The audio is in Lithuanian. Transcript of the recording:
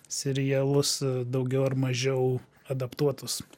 serialus daugiau ar mažiau adaptuotus